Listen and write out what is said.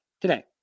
today